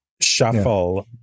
shuffle